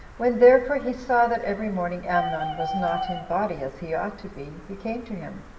when, therefore, he saw that every morning amnon was not in body as he ought to be, he came to him,